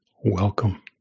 welcome